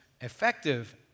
effective